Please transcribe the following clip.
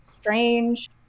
strange